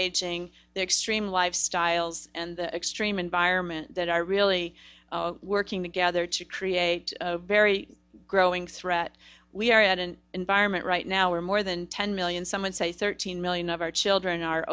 aging the extreme lifestyles and the extreme environment that are really came together to create a very growing threat we're at an environment right now where more than ten million someone say thirteen million of our children are